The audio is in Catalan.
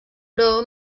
però